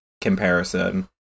comparison